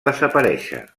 desaparèixer